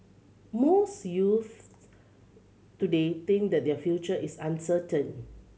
most youths today think that their future is uncertain